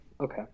okay